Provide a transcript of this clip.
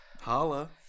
Holla